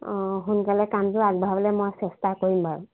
অঁ সোনকালে কামটো আগবঢ়াবলৈ মই চেষ্টা কৰিম বাৰু